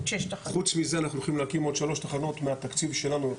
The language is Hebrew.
חוץ מזה אנחנו הולכים להקים עוד שלוש תחנות מהתקציב שלנו,